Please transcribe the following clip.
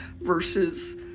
versus